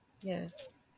Yes